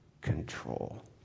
control